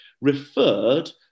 referred